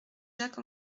jacques